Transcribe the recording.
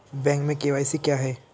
Bank में KYC क्या है?